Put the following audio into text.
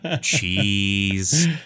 cheese